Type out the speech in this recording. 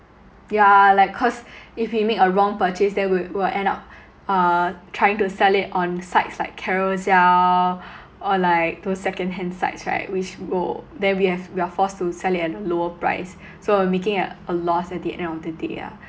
yeah like cause if we make a wrong purchase then we will end up uh trying to sell it on sites like carousell or like those second hand sites right which will then we have we are forced to sell it at a lower price so we are making a a loss at the end of the day ah